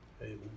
amen